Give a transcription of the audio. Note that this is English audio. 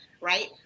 right